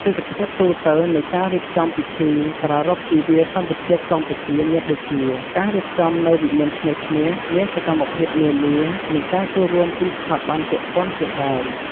ទិដ្ឋភាពទូទៅនៃការរៀបចំពិធីប្រារព្ធទិវាសន្តិភាពកម្ពុជាមានដូចជា ការរៀបចំនៅវិមានឈ្នះ-ឈ្នះ មានសកម្មភាពនានា និងការចូលរួមពីស្ថាប័នពាក់ព័ន្ធជាដើម។